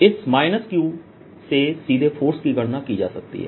इस q से सीधे फोर्स की गणना की जा सकती है